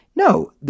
No